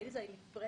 האנליזה היא נפרדת.